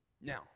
Now